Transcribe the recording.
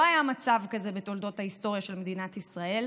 לא היה מצב כזה בהיסטוריה של מדינת ישראל,